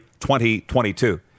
2022